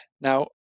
Now